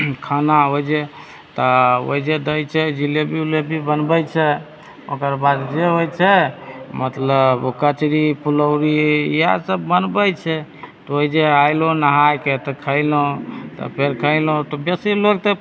खाना ओहिजे तऽ ओहिजे दय छै जिलेबी ओलेबी बनबैत छै ओकर बाद जे होइ छै मतलब ओ कचरी फुलौरी इएह सब बनबैत छै तऽ ओहिजे अयलहुँ नहाके तऽ खयलहुँ तब फेर खयलहुँ तऽ बेसी लोग तऽ